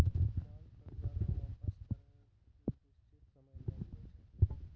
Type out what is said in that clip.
मांग कर्जा वापस करै रो निसचीत सयम नै हुवै छै